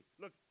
Look